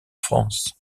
france